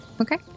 Okay